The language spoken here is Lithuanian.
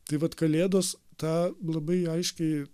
tai vat kalėdos tą labai aiškiai